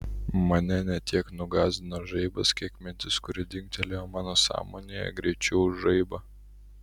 mane ne tiek nugąsdino žaibas kiek mintis kuri dingtelėjo mano sąmonėje greičiau už žaibą